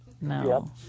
No